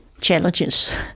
challenges